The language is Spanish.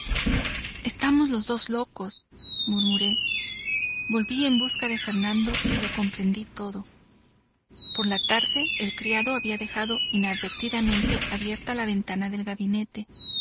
estamos los dos locos murmuré volví en busca de fernando y lo comprendí todo por la tarde el criado había dejado inadvertidamente abierta la ventana del gabinete